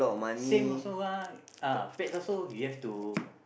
same also ah uh pets also we have to